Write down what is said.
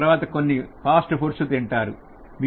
తరువాత కొన్ని ఫాస్ట్ఫుడ్స్ తింటారు